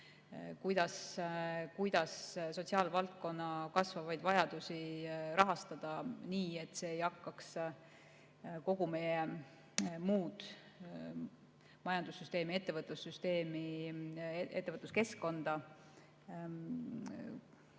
kuidas sotsiaalvaldkonna kasvavaid vajadusi rahastada nii, et see ei hakkaks kogu meie majandussüsteemi, ettevõtlussüsteemi, ettevõtluskeskkonda